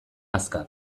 azkar